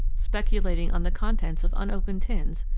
speculating on the contents of unopened tins,